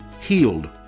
healed